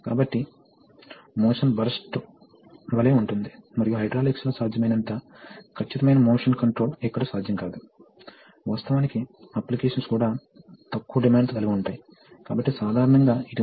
కాబట్టి వేగం పడిపోతుంది మరియు అందువల్ల ప్రెషర్ ని సరిగ్గా నిర్వహించగలుగుతుంది ఇప్పుడు చివరికి అధిక ఫోర్స్ అవసరం ఉంటే ఇది ఈ వాల్వ్ ద్వారా రిజనరేటివ్ సర్క్యూట్ నుండి కన్వెన్షనల్ రెసిప్రొకేటింగ్ సర్క్యూట్ గా మారుతుంది